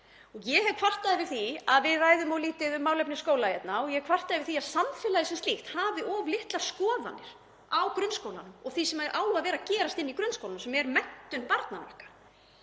Ég hef kvartað yfir því að við ræðum of lítið um málefni skóla hérna og ég kvarta yfir því að samfélagið sem slíkt hafi of litlar skoðanir á grunnskólanum og því sem á að vera að gerast inni í grunnskólunum sem er menntun barnanna